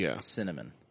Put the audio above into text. cinnamon